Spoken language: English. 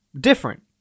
different